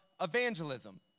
evangelism